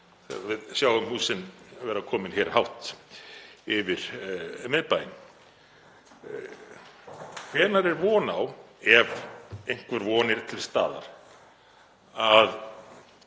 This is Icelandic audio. þessu; við sjáum húsin vera komin hátt yfir miðbæinn. Hvenær er von á, ef einhver von er til staðar, að